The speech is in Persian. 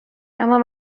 اما